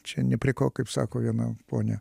čia ne prie ko kaip sako viena ponia